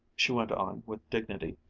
she went on with dignity,